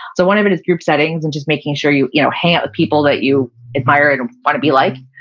so part of it is group settings and just making sure you you know hang out with people that you admire and want to be like,